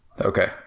Okay